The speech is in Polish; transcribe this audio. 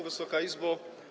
Wysoka Izbo!